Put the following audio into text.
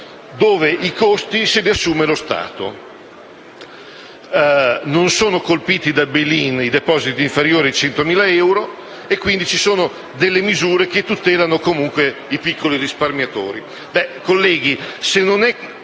cui i costi vengono assunti dallo Stato. Non vengono colpiti dal *bail in* i depositi inferiori a 100.000 euro e quindi ci sono misure che tutelano comunque i piccoli risparmiatori.